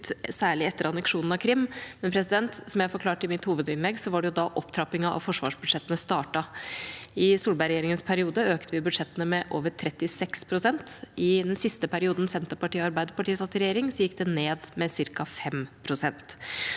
særlig etter anneksjonen av Krim, men som jeg forklarte i mitt hovedinnlegg, var det da opptrappingen av forsvarsbudsjettene startet. I Solberg-regjeringas periode økte vi budsjettene med over 36 pst. I den siste perioden Senterpartiet og Arbeiderpartiet satt i regjering, gikk de ned med ca. 5 pst.